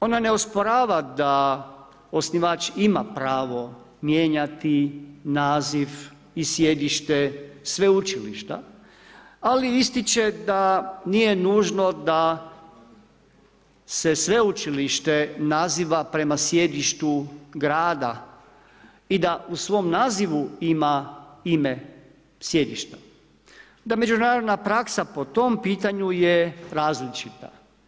Ona je osporava da osnivač ima pravo mijenjati naziv i sjedište sveučilišta, ali ističe da nije nužno da se sveučilište naziva prema sjedištu grada i da u svom nazivu ima ime sjedišta, da međunarodna praksa po tom pitanju je različita.